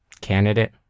candidate